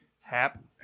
Hap